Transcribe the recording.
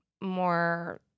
more